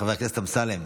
חבר הכנסת אמסלם,